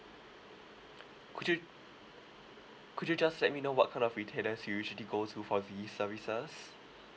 could you could you just let me know what kind of retailers you usually go to for these services